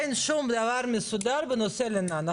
אין שום דבר מסודר בנושא הלינה, נכון?